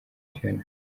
phiona